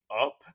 up